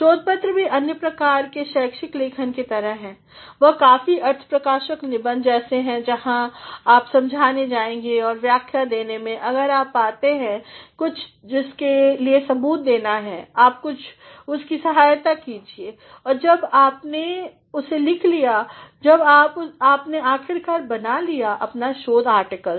शोध पत्र भी अन्य प्रकार के शैक्षिक लेखन की तरह हैं वह काफी अर्थप्रकाशक निबंध जैसे हैं जहाँ आप समझाने जाएंगे और व्याख्या देने में अगर आप पाते हैं कुछ जिसके लिए सबूत देना है आप उसकी सहायता कीजिए और जब आपने उसे लिख लिया जब आपने आख़िरकार बना लिया अपना शोध आर्टिक्ल